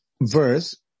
verse